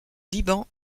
liban